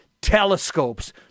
telescopes